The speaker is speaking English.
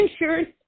insurance